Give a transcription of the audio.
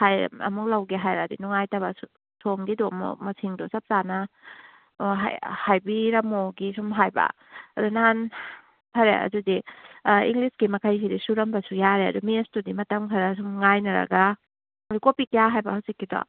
ꯍꯥꯏꯗꯤ ꯑꯃꯨꯛ ꯂꯧꯒꯦ ꯍꯥꯏꯔꯛꯑꯗꯤ ꯅꯨꯡꯉꯥꯏꯇꯕ ꯁꯣꯝꯒꯤꯗꯣ ꯑꯃꯨꯛ ꯃꯁꯤꯡꯗꯣ ꯆꯞ ꯆꯥꯅ ꯑꯣ ꯍꯥꯏꯕꯤꯔꯝꯃꯣꯒꯤ ꯁꯨꯝ ꯍꯥꯏꯕ ꯑꯗ ꯅꯍꯥꯟ ꯐꯔꯦ ꯑꯗꯨꯗꯤ ꯏꯪꯂꯤꯁꯀꯤ ꯃꯈꯩꯁꯤꯗꯤ ꯁꯨꯔꯝꯕꯁꯨ ꯌꯥꯔꯦ ꯑꯗꯨ ꯃꯦꯠꯁꯇꯨꯗꯤ ꯃꯇꯝ ꯈꯔ ꯁꯨꯝ ꯉꯥꯏꯅꯔꯒ ꯑꯗꯣ ꯀꯣꯄꯤ ꯀꯌꯥ ꯍꯥꯏꯕ ꯍꯧꯖꯤꯛꯀꯤꯗꯣ